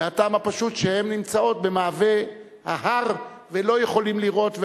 מהטעם הפשוט שהן נמצאות במעבה ההר ולא יכולים לראות,